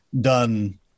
done